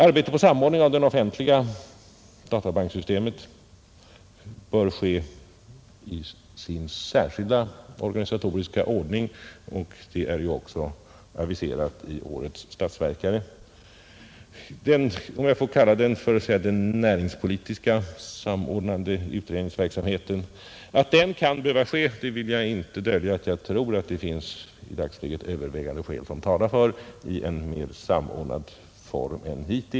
Arbetet på samordning av det offentliga databankssystemet bör ske i sin särskilda organisatoriska ordning, och det är också aviserat i årets statsverksproposition, Att den — om jag får kalla den så — näringspolitiskt inriktade utredningsverksamheten kan behöva ske i en mer samordnad form än hittills vill jag inte dölja; det tror jag att övervägande skäl talar för i dagsläget.